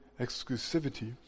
exclusivity